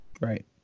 right